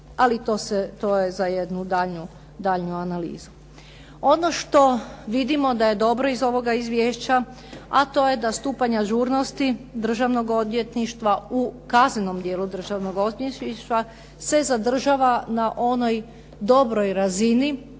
ali to je za jednu daljnju analizu. Ono što vidimo da je dobro iz ovoga Izvješća a to je da stupanj ažurnosti državnog odvjetništva, u kaznenom djelu državnog odvjetništva se zadržava na onoj dobroj razini